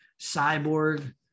Cyborg